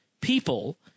people